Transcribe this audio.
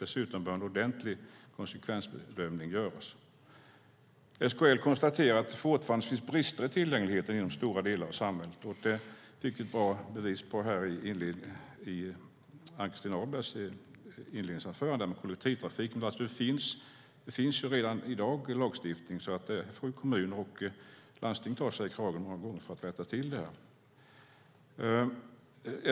Dessutom bör en ordentlig konsekvensbedömning göras. SKL konstaterar att det fortfarande finns brister i tillgängligheten inom stora delar av samhället, och det fick vi ett bra bevis på i Ann-Christin Ahlbergs inledningsanförande om kollektivtrafiken. Det finns redan i dag en lagstiftning, så kommuner och landsting får ta sig i kragen för att rätta till det här.